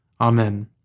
Amen